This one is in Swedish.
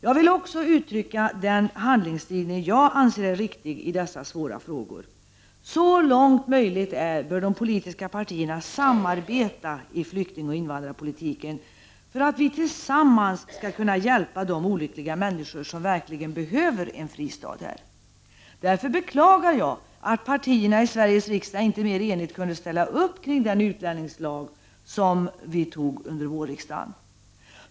Jag vill också uttrycka den handlingslinje jag anser är riktig i dessa svåra frågor: Så långt det är möjligt bör de politiska partierna samarbeta i flyktingoch invandrarpolitiken för att tillsammans kunna hjälpa de olyckliga människor som verkligen behöver en fristad här. Jag beklagar därför att partierna i Sveriges riksdag inte mera enigt kunde ställa upp kring den utlänningslag som vi fattade beslut om under vårriksdagen.